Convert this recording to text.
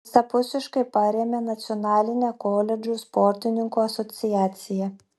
visapusiškai parėmė nacionalinė koledžų sportininkų asociacija